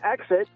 exit